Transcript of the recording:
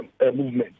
movement